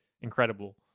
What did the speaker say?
incredible